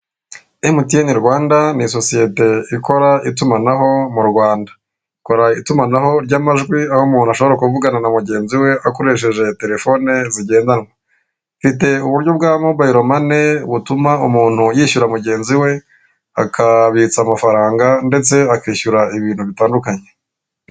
Emutiyene Rwanda ni sosiyete ikora itumanaho mu Rwanda, ikora itumanaho ry'amajwi aho umuntu ashobora kuvugana na bagenzi be akoresheje iyo telefone zigendanwa. Ifite uburyo bwa mobayilo mane, butuma umuntu yishyura mugenzi we, akabitsa amafaranga ndetse akishyura ibintu bitandukanye.